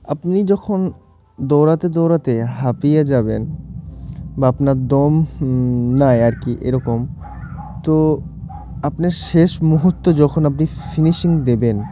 আপনি যখন দৌড়াতে দৌড়াতে হাঁপিয়ে যাবেন বা আপনার দম নেই আর কি এরকম তো আপনার শেষ মুহূর্ত যখন আপনি ফিনিশিং দেবেন